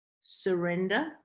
surrender